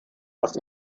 als